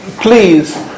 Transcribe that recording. please